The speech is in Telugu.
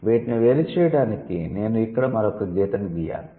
వీటిని వేరు చేయడానికి నేను ఇక్కడ మరొక గీతను గీయాలి